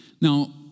Now